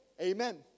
Amen